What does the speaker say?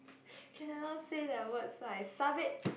cannot say that word so I sub it